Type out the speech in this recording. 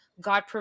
God